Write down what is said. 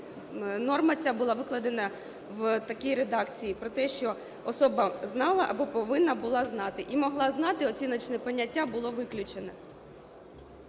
норма ця була викладена в такій редакції, про те, що особа знала або повинна була знати. І "могла знати", оціночне поняття, було виключене.